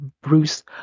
Bruce